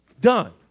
Done